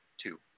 two